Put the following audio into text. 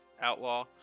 Outlaw